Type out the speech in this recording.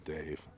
Dave